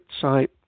site